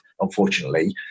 unfortunately